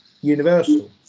universal